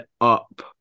up